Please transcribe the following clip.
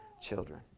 children